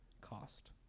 cost